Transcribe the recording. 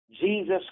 Jesus